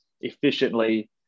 efficiently